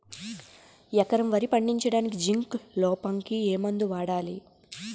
ఎకరం వరి పండించటానికి జింక్ లోపంకి ఏ మందు వాడాలి?